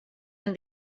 and